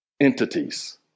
entities